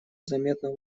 заметно